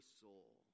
soul